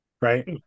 right